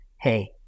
hey